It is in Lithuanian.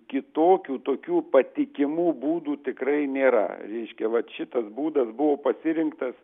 kitokių tokių patikimų būdų tikrai nėra reiškia vat šitas būdas buvo pasirinktas